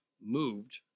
moved